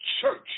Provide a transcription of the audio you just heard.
church